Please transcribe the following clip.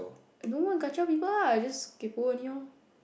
I don't want Kajiao people ah just Kaypoh only lor